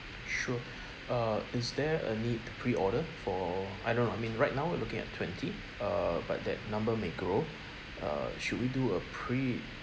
sure uh is there a need to pre-order for I don't know I mean right now we're looking at twenty uh but that number may grow err should we do a pre~